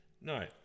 No